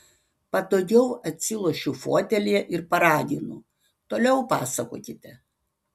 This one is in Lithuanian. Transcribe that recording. patogiau atsilošiu fotelyje ir paraginu toliau pasakokite